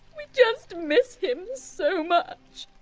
just miss him so much!